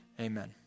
Amen